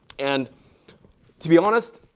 and to be honest,